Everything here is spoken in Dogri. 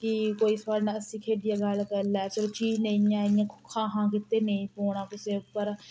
कि कोई साढ़ै ने हस्सी खेढियै गल्ल करी लै कोई चीज नेईं ऐ इयां खां खां कीते नेईं पौना कुसै उप्पर